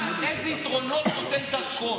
איזה יתרונות נותן דרכון?